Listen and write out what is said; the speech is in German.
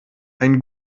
ein